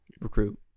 recruit